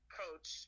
coach